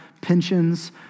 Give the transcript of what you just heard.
pensions